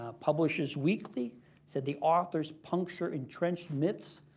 ah publishers weekly said the authors puncture entrenched myths,